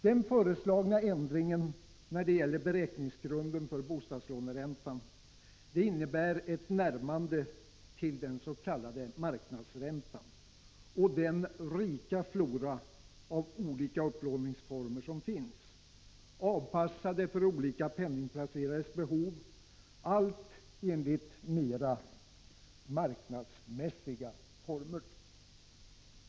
Den föreslagna ändringen när det gäller beräkningsgrunden för bostadslåneräntan innebär ett närmande till den s.k. marknadsräntan och den rika flora av olika upplåningsformer som finns och som är avpassade för olika penningplacerares behov — enbart för att åstadkomma en anpassning till mera marknadsmässiga former.